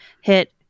hit